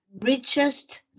richest